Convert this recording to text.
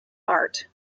art